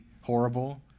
horrible